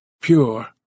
pure